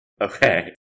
okay